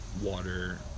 water